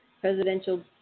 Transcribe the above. Presidential